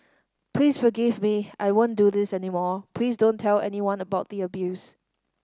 please forgive me I won't do this any more please don't tell anyone about the abuse